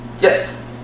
Yes